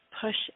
push